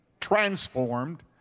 transformed